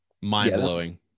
mind-blowing